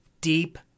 deep